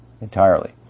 entirely